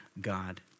God